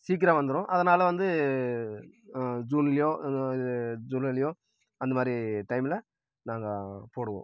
சீக்கிரம் வந்துடும் அதனால் வந்து ஜூன்லேயோ ஜூலைலேயோ அந்த மாதிரி டைமில் நாங்கள் போடுவோம்